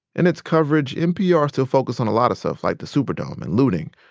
in its coverage, npr still focused on a lot of stuff, like the superdome and looting,